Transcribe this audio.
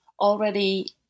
already